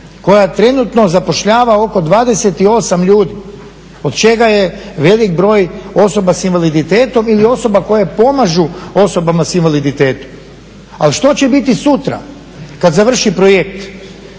koja trenutno zapošljava oko 28 ljudi, od čega je velik broj osoba s invaliditetom ili osoba koje pomažu osobama s invaliditetom. Ali što će biti sutra kad završi projekt